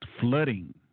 flooding